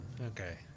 Okay